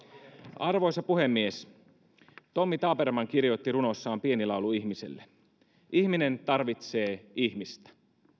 arvoisa puhemies tommy tabermann kirjoitti runossaan pieni laulu ihmisestä ihminen tarvitsee ihmistä